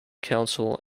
council